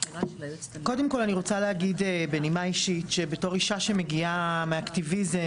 קודם כל אני רוצה להגיד בנימה אישית שבתור אישה שמגיעה מאקטיביזם